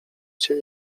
cię